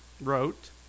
wrote